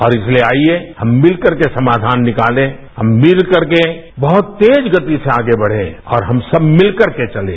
और इसलिए आइए हम मिल करके समाधान निकालें हम मिल करके बहुत तेज गति से आगे बढ़ें और हम सब मिल करके चलें